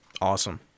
Awesome